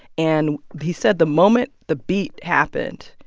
and he said, the moment the beat happened,